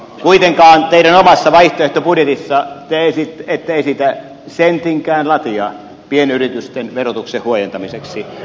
kuitenkaan teidän omassa vaihtoehtobudjetissa te ette esitä sentinkään latia pienyritysten verotuksen huojentamiseksi